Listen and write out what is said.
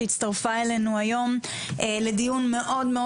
שהצטרפה אלינו היום לדיון מאוד מאוד